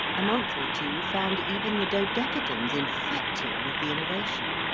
a month or two found even the dodecagons infected with the innovation.